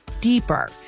deeper